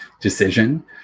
decision